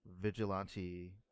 Vigilante